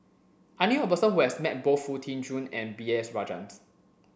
I knew a person who has met both Foo Tee Jun and B S Rajhans